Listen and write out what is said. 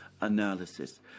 analysis